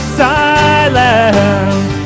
silent